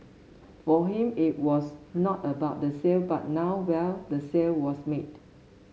for him it was not about the sale but now well the sale was made